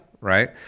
Right